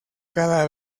cada